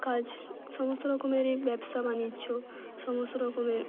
কাজ সমস্ত রকমেরই ব্যবসা বাণিজ্য সমস্ত রকমের